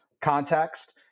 context